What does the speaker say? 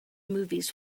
movies